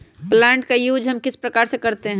Plant का use हम किस प्रकार से करते हैं?